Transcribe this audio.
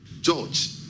George